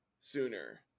sooner